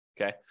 Okay